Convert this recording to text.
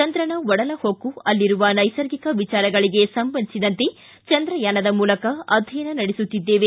ಚಂದ್ರನ ಒಡಲ ಹೊಕ್ಕು ಅಲ್ಲಿರುವ ನೈಸರ್ಗಿಕ ವಿಚಾರಗಳಿಗೆ ಸಂಬಂಧಿಸಿದಂತೆ ಚಂದ್ರಯಾನದ ಮೂಲಕ ಅಧ್ಯಯನ ನಡೆಸುತ್ತಿದ್ದೇವೆ